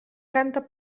canta